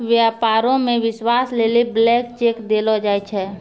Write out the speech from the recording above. व्यापारो मे विश्वास लेली ब्लैंक चेक देलो जाय छै